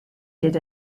did